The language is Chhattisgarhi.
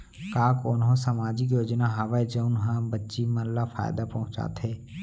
का कोनहो सामाजिक योजना हावय जऊन हा बच्ची मन ला फायेदा पहुचाथे?